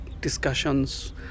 discussions